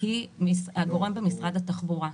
היא הגורם במשרד התחבורה.